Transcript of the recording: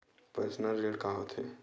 Personal ऋण का होथे?